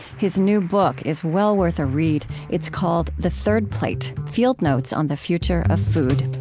his new book is well worth a read. it's called the third plate field notes on the future of food